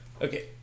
okay